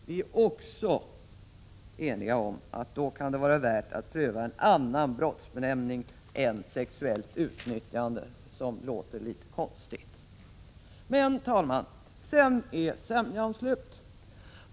Vi är också eniga om att det då kan vara värt att pröva en annan brottsbenämning än sexuellt utnyttjande, som låter litet konstigt. Sedan, herr talman, är emellertid sämjan slut.